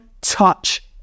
touch